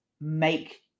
make